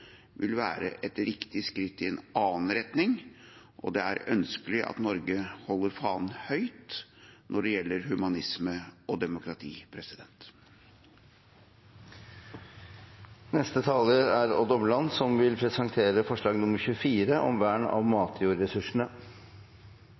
vil være et riktig skritt i en annen retning, og det er ønskelig at Norge holder fanen høyt når det gjelder humanisme og demokrati. Flere har ikke bedt om ordet til grunnlovsforslag 3. Matjorda er en viktig naturressurs som